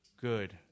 good